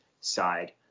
side